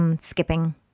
skipping